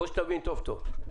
בוא, שתבין טוב טוב.